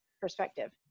perspective